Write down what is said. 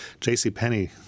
JCPenney